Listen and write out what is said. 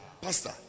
Pastor